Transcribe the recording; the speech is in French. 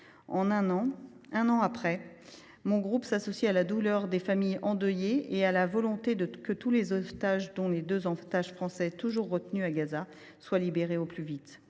Français. Un an après, le groupe RDPI s’associe à la douleur des familles endeuillées et à la volonté que tous les otages, notamment deux Français toujours retenus à Gaza, soient libérés au plus vite.